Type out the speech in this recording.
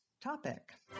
topic